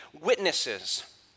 witnesses